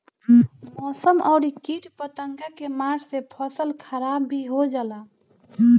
मौसम अउरी किट पतंगा के मार से फसल खराब भी हो जाला